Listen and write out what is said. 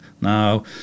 Now